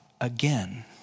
again